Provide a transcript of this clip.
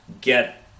get